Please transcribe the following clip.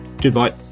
goodbye